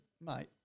mate